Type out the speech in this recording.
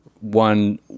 one